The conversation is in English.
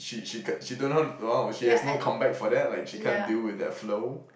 she she c~ she don't know the one she has no comeback for that like she can't deal with that flow